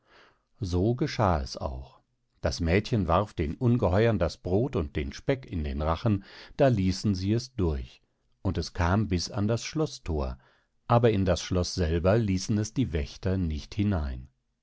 so geschahe es auch das mädchen warf den ungeheuern das brod und den speck in den rachen da ließen sie es durch und es kam bis an das schloßthor aber in das schloß selber ließen es die wächter nicht hinein